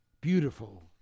beautiful